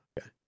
Okay